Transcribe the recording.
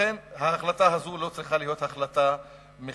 לכן ההחלטה הזאת לא צריכה להיות החלטה מכנית.